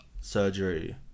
surgery